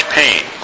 pain